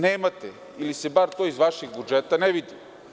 Nemate ili se bar to iz vašeg budžeta ne vidi.